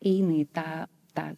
eina į tą tą